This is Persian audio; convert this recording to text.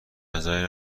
نظری